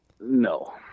No